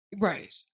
Right